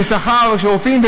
שכר של רופאים,